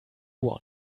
one